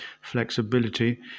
flexibility